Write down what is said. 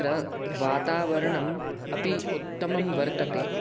तत्र वातावरणम् अपि उत्तमं वर्तते